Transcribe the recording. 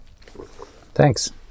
Thanks